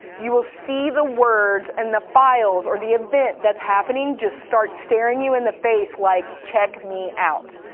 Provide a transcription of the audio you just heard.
you will see the words and the files, or the event that's happening just start staring you in the face like check me out.